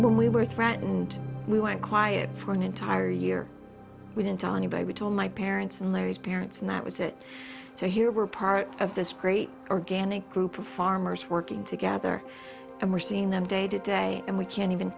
before we were threatened we went quiet for an entire year we didn't tell anybody we told my parents and larry's parents and that was it so here we're part of this great organic group of farmers working together and we're seeing them day to day and we can't even